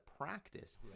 practice